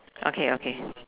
okay okay